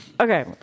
okay